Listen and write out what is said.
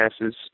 passes